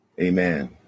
Amen